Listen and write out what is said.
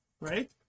right